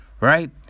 right